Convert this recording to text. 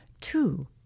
Two